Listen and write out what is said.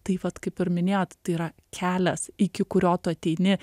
tai vat kaip ir minėjot tai yra kelias iki kurio tu ateini